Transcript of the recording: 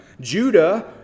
Judah